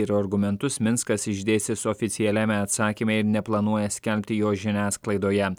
ir argumentus minskas išdėstys oficialiame atsakyme ir neplanuoja skelbti jo žiniasklaidoje